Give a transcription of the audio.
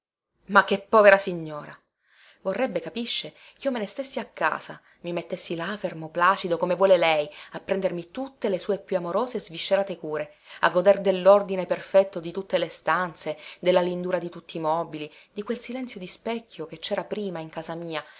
ma che povera signora vorrebbe capisce chio me ne stessi a casa mi mettessi là fermo placido come vuol lei a prendermi tutte le sue più amorose e sviscerate cure a goder dellordine perfetto di tutte le stanze della lindura di tutti i mobili di quel silenzio di specchio che cera prima in casa mia